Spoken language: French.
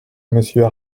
monsieur